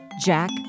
Jack